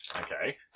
Okay